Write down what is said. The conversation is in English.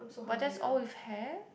what just all we've had